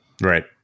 Right